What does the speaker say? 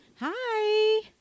hi